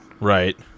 right